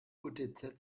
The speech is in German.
utz